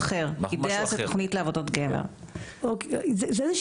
המקום השני, וזה דבר